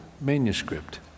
manuscript